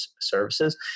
services